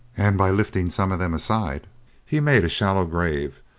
and by lifting some of them aside he made a shallow grave,